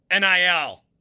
NIL